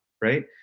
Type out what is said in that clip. right